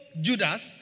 Judas